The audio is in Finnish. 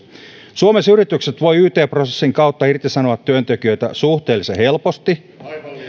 suomessa yritykset voivat yt prosessin kautta irtisanoa työntekijöitä suhteellisen helposti